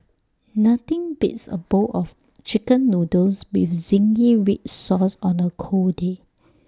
nothing beats A bowl of Chicken Noodles with Zingy Red Sauce on A cold day